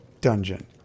dungeon